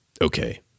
Okay